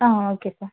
ആ okay sir